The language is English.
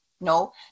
no